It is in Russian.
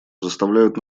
заставляют